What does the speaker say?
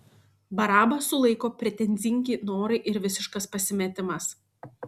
barabą sulaiko pretenzingi norai ir visiškas pasimetimas